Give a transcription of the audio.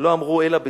"לא אמרו אלא בצנעא".